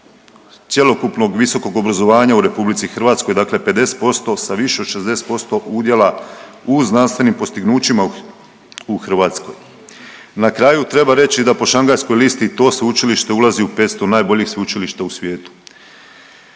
pola cjelokupnog visokog obrazovanja u RH dakle 50% sa više od 60% udjela u znanstvenim postignućima u Hrvatskoj. Na kraju treba reći da po Šangajskoj listi to sveučilište ulazi u 500 najboljih sveučilišta u svijetu.